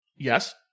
Yes